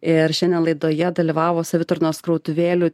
ir šiandien laidoje dalyvavo savitarnos krautuvėlių